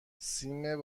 سیم